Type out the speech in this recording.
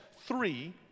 three